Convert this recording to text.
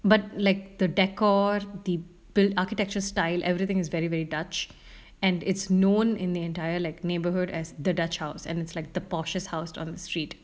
but like the decor the buil~ architecture style everything is very very dutch and it's known in the entire like neighborhood as the dutch house and it's like the portures house on the street